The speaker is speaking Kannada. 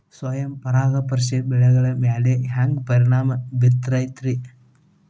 ಸ್ವಯಂ ಪರಾಗಸ್ಪರ್ಶ ಬೆಳೆಗಳ ಮ್ಯಾಲ ಹ್ಯಾಂಗ ಪರಿಣಾಮ ಬಿರ್ತೈತ್ರಿ?